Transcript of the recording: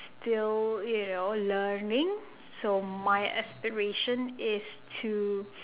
still you know learning so my aspiration is to